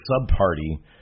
sub-party